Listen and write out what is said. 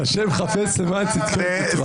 "ה' חפץ למען צדקו, יגדיל תורה ויאדיר".